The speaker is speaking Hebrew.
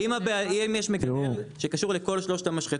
אם יש אינטגרציה שיש לה שני אתרים שונים,